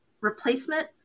replacement